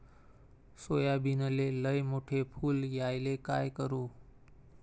सोयाबीनले लयमोठे फुल यायले काय करू?